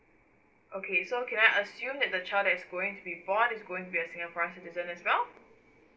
okay so can I assume that the child that is going to be born is going to be a singaporean citizen as well